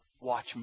Watch